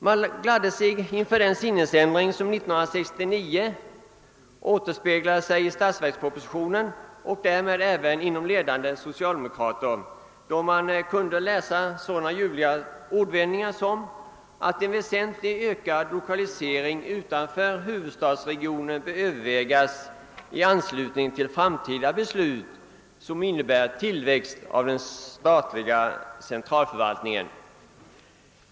Man gladde sig över den sinnesförändring som 1969 återspeglade sig i statsverkspropositionen och därmed hos ledande socialdemokrater. Man kunde då läsa sådana ljuvliga ordvändningar som att en väsentligt ökad lokalisering utanför huvudstadsregionen bör övervägas i anslutning till framtida beslut som innebär tillväxt av den statliga centralförvaltningen.